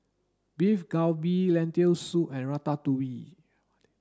Beef Galbi Lentil soup and Ratatouille